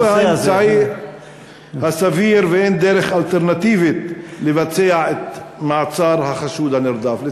וכאשר הוא האמצעי הסביר ואין דרך אלטרנטיבית לבצע את מעצר החשוד הנרדף.